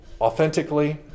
authentically